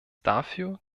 dafür